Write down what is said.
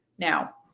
Now